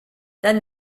then